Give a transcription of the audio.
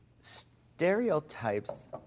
Stereotypes